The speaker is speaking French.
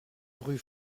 rue